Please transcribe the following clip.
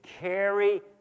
carry